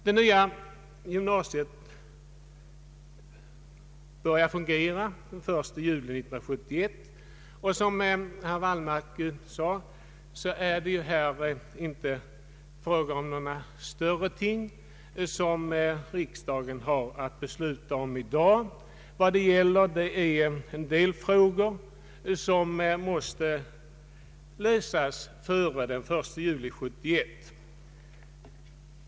Det nya gymnasiet börjar fungera den 1 juli 1971, och som herr Wallmark sade är det inte några större ting som riksdagen har att besluta om i dag. Det gäller några delproblem som måste lösas före den 1 juli 1971.